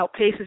outpaces